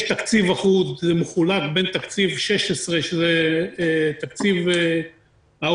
יש תקציב אחוד מחולק בין תקציב 16 שזה תקציב העורף